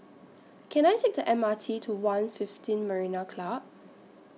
Can I Take The M R T to one fifteen Marina Club